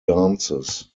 dances